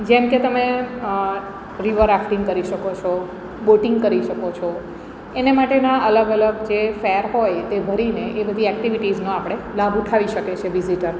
જેમકે તમે river rafting કરી શકો છો બોટિંગ કરી શકો છો એને માટેનાં અલગ અલગ જે ફેર હોય તે ભરીને એ બધી એક્ટિવિટીઝનો આપણે લાભ ઉઠાવી શકે છે વિઝિટર